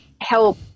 help